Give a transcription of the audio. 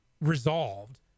resolved